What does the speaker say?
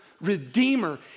Redeemer